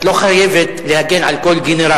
את לא חייבת להגן על כל גנרל,